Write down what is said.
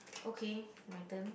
okay my turn